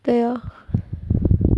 对 lor